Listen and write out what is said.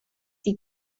die